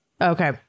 Okay